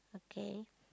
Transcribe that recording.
okay